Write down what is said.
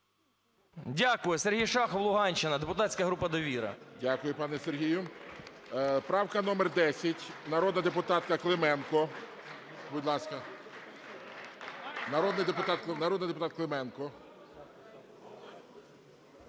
Дякую. Сергій Шахов, Луганщина, депутатська група "Довіра". ГОЛОВУЮЧИЙ. Дякую, пане Сергію. Правка номер 10 народного депутата Клименка, будь ласка. Народний депутат Клименко.